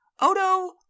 Odo